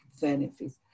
benefits